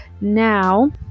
now